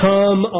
Come